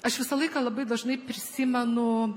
aš visą laiką labai dažnai prisimenu